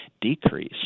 decrease